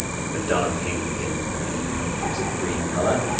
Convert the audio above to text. like madonna pink and kind of and toxic green color,